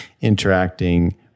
interacting